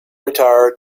retire